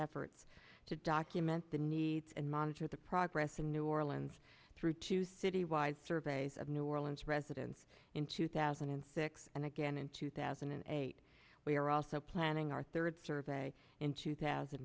efforts to document the needs and monitor the progress in new orleans through to city wide surveys of new orleans residents in two thousand and six and again in two thousand and eight we are also planning our third survey in two thousand